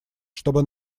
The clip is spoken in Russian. чтобы